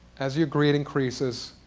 as your greed increases,